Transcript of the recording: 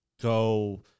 go